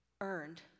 earned